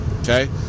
Okay